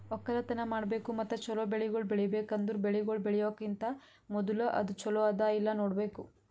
ಒಕ್ಕಲತನ ಮಾಡ್ಬೇಕು ಮತ್ತ ಚಲೋ ಬೆಳಿಗೊಳ್ ಬೆಳಿಬೇಕ್ ಅಂದುರ್ ಬೆಳಿಗೊಳ್ ಬೆಳಿಯೋಕಿಂತಾ ಮೂದುಲ ಅದು ಚಲೋ ಅದಾ ಇಲ್ಲಾ ನೋಡ್ಬೇಕು